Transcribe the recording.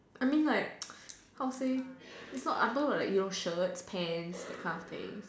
I mean like how say it's not like under your shirt pants that kind of thing